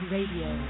Radio